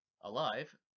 alive